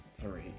three